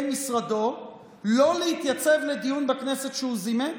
משרדו לא להתייצב לדיון בכנסת שהוא זימן,